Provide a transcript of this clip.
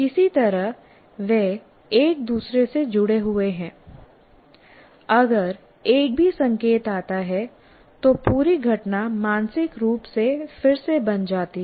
किसी तरह वे एक दूसरे से जुड़े हुए हैं और अगर एक भी संकेत आता है तो पूरी घटना मानसिक रूप से फिर से बन जाती है